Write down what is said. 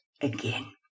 again